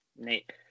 Nate